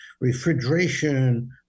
refrigeration